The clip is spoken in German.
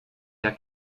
der